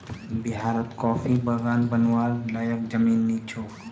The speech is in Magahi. बिहारत कॉफीर बागान बनव्वार लयैक जमीन नइ छोक